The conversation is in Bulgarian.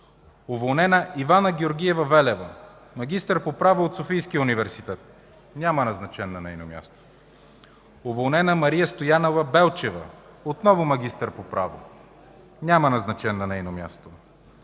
уволнена Ивана Георгиева Велева, магистър по право от Софийския университет, няма назначен на нейно място; - уволнена Мария Стоянова Балчева, отново магистър по право, няма назначен на нейно място;